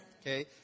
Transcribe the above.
Okay